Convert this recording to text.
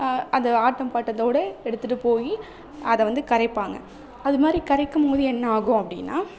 அந்த ஆட்டம் பாட்டத்தோட எடுத்துகிட்டுப் போய் அதை வந்து கரைப்பாங்க அதுமாதிரி கரைக்கும்போது என்ன ஆகும் அப்படின்னா